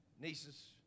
nieces